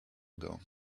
ago